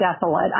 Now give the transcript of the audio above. desolate